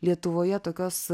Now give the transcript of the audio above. lietuvoje tokios